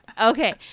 Okay